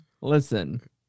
Listen